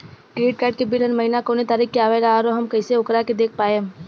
Credit card के bill हर महीना कौना तारीक के आवेला और आउर हम कइसे ओकरा के देख पाएम?